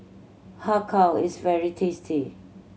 Har Kow is very tasty